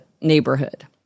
neighborhood